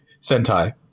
Sentai